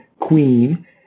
queen